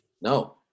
No